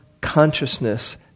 consciousness